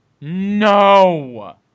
No